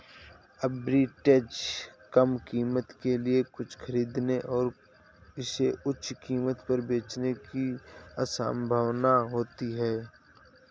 arbitrage कम कीमत के लिए कुछ खरीदने और इसे उच्च कीमत पर बेचने की संभावना होती है